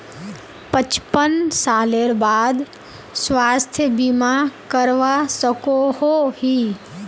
पचपन सालेर बाद स्वास्थ्य बीमा करवा सकोहो ही?